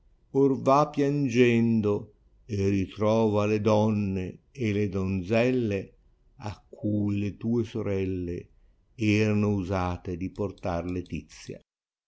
or va piangendo e ritrova le donne e le donselle a cui le tue sorelle erano osate di portar letiaia